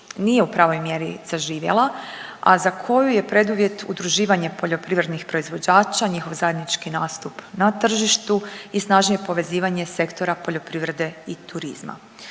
nije u pravoj mjeri zaživjela, a za koju je preduvjet udruživanje poljoprivrednih proizvođača, njihov zajednički nastup na tržištu i snažnije povezivanje sektora poljoprivrede i turizma.